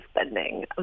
spending